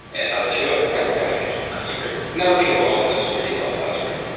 and how did they do it? micro segmentation security. networking has always been a security sell to some degree.